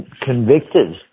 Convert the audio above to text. Convicted